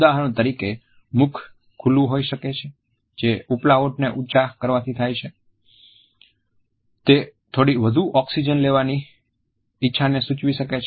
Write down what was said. ઉદાહરણ તરીકે મુખ ખુલ્લુ હોઈ શકે છે જે ઉપલા હોઠને ઉચા કરવાથી થાય છે તે થોડી વધુ ઓક્સિજન લેવાની ઇચ્છાને સૂચવી શકે છે